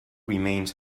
remains